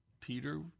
Peter